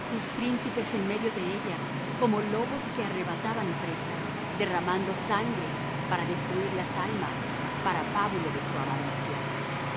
sus príncipes en medio de ella como lobos que arrebataban presa derramando sangre para destruir las almas para pábulo de su avaricia